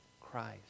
Christ